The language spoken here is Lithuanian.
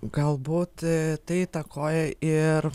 galbūt tai įtakoja ir